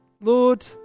Lord